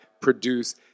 produce